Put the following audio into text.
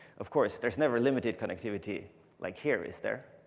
of course, there's never limited connectivity like here is there?